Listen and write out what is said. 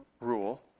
rule